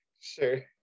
sure